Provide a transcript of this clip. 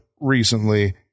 recently